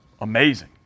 amazing